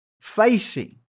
facing